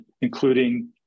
including